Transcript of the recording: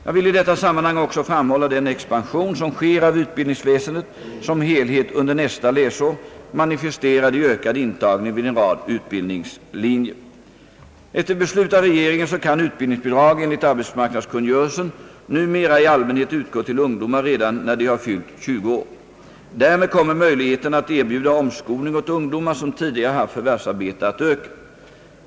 Jag vill i detta sammanhang också framhålla den expansion som sker av utbildningsväsendet som helhet under nästa läsår manifesterad i ökad intagning vid en rad utbildningslinjer. Efter beslut av regeringen kan utbildningsbidrag enligt arbetsmarknadskungörelsen numera i allmänhet utgå till ungdomar redan när de har fyllt 20 år. Därmed kommer möjligheterna att erbjuda omskolning åt ungdomar som tidigare haft förvärvsarbete att öka.